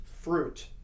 fruit